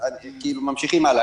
ממשיכים הלאה.